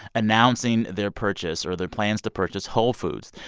announcing their purchase or their plans to purchase whole foods.